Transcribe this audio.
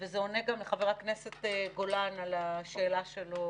וזה עונה גם לחבר הכנסת גולן על השאלה שלו